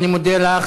אני מודה לך.